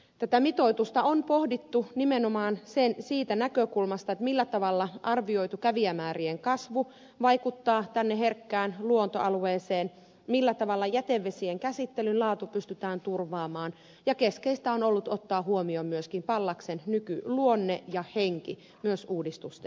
tätä mitoitusta on pohdittu nimenomaan siitä näkökulmasta millä tavalla arvioitu kävijämäärien kasvu vaikuttaa herkkään luontoalueeseen millä tavalla jätevesien käsittelyn laatu pystytään turvaamaan ja keskeistä on ollut ottaa huomioon myöskin pallaksen nykyluonne ja henki myös uudistusten myötä